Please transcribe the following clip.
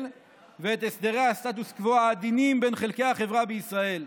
ואת הסדרי הסטטוס קוו העדינים בין חלקי החברה בישראל.